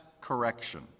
correction